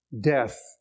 death